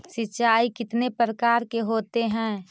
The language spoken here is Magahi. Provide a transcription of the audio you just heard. सिंचाई कितने प्रकार के होते हैं?